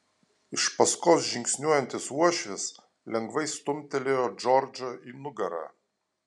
iš paskos žingsniuojantis uošvis lengvai stumtelėjo džordžą į nugarą